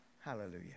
Hallelujah